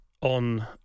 on